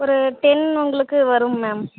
ஒரு டென் உங்களுக்கு வரும் மேம்